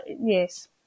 yes